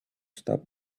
stop